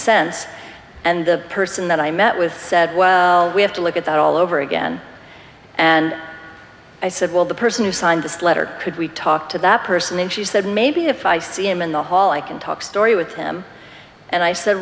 sense and the person that i met with said well we have to look at that all over again and i said well the person who signed this letter could we talk to that person and she said maybe if i see him in the hall i can talk story with him and i said